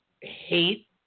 hate